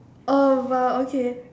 oval okay